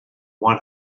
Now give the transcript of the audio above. one